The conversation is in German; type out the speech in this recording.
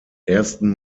ersten